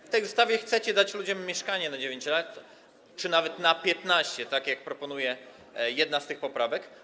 W tej ustawie chcecie dać ludziom mieszkania na 9 lat czy nawet na 15, tak jak proponuje jedna z tych poprawek.